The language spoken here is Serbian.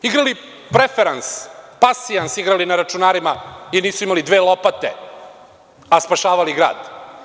Igrali preferans, pasijans igrali na računarima i nisu imali dve lopate, a spašavali grad.